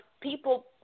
People